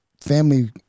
family